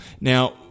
Now